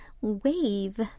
Wave